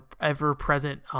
ever-present